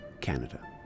Canada